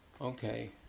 Okay